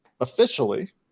officially